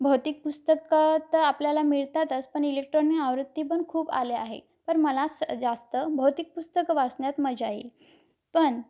भौतिक पुस्तकं तर आपल्याला मिळतातच पण इलेक्ट्रॉनिक आवृत्ती पण खूप आले आहे पण मला स जास्त भौतिक पुस्तकं वाचण्यात मजा येईल पण